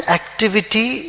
activity